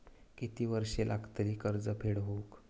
किती वर्षे लागतली कर्ज फेड होऊक?